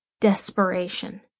Desperation